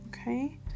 okay